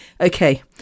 okay